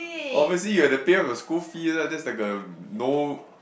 oh basically you have to pay off your school fee ah that's like a no